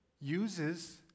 uses